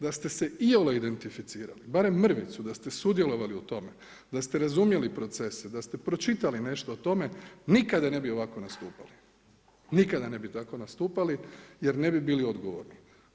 Da ste se iole identificirali, barem mrvicu da ste sudjelovali u tome, da ste razumjeli procese, da ste pročitali nešto o tome, nikada ne bi ovako nastupali, nikada ne bi tako nastupali jer ne bi bili odgovorni.